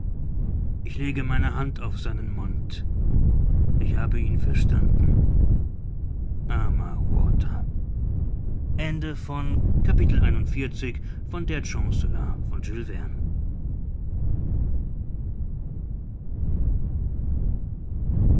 ich lege meine hand auf seinen mund ich habe ihn verstanden armer walter